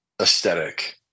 aesthetic